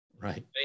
Right